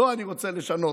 אותו אני רוצה לשנות,